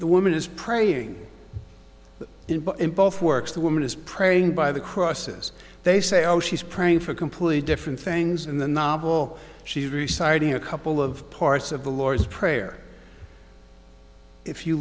the woman is praying in both works the woman is praying by the crosses they say oh she's praying for completely different things in the novel she reciting a couple of parts of the lord's prayer if you